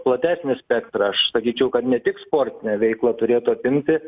platesnį spektrą aš sakyčiau kad ne tik sportinę veiklą turėtų apimti